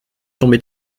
tombait